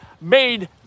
made